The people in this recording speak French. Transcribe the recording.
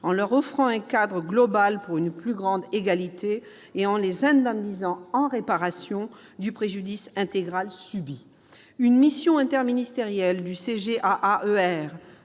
en leur offrant un cadre global pour une plus grande égalité et en les indemnisant en réparation du préjudice intégral subi. Une mission interministérielle menée